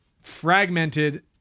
fragmented